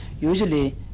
usually